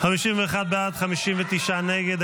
51 בעד, 59 נגד.